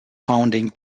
founding